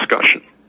discussion